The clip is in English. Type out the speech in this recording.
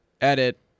edit